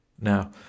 Now